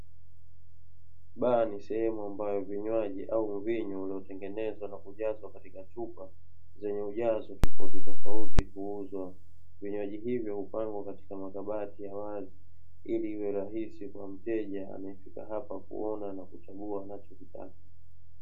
Baa ni sehemu ambayo vinywaji au mvinyo uliotengenezwa nakujazwa katika chupa zenye ujazo tofauti tofauti kuuzwa, vinywaji hivyo hupangwa katika makabati ya wazi ili iwe rahisi kwa mteja anae fika hapa kuona na kuchagua anachokitaka.